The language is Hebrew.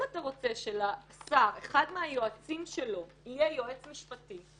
אם אתה רוצה שאחד מהיועצים של השר יהיה יועץ משפטי,